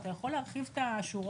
אתה יכול להרחיב את השורות